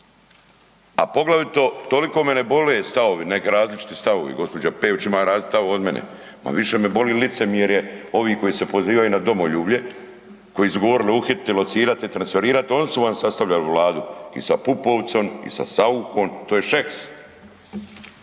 A poglavito toliko me ne bole stavovi, neki različiti stavovi, gđa. Peović ima različit stav od mene ali više me boli licemjerje ovih koji se pozivaju na domoljublje, koji su govorili „uhititi, locirati, transferirat“, oni su vam sastavljali Vladu i sa Pupovcem i sa Sauchom, to je Šeks.